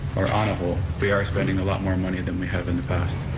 or on a whole, we are spending a lot more money than we have in the past.